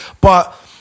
But-